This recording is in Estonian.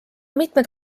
mitmed